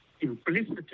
Implicitly